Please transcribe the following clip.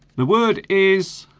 the word is